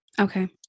Okay